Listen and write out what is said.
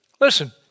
listen